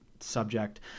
Subject